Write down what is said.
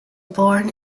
born